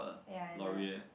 ya I know